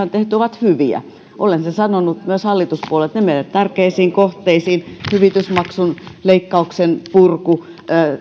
tehty ovat hyviä olen sen sanonut myös hallituspuolueille että ne menevät tärkeisiin kohteisiin hyvitysmaksun leikkauksen purku